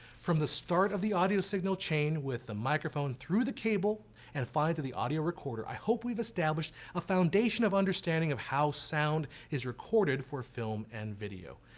from the start of the audio signal chain with the microphone, through the cable and finally to the audio recorder, i hope we've established a foundation of understanding of how sound is recorded for film and video.